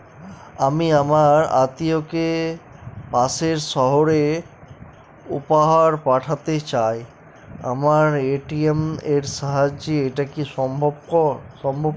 আমি আমার আত্মিয়কে পাশের সহরে উপহার পাঠাতে চাই আমার এ.টি.এম এর সাহায্যে এটাকি সম্ভবপর?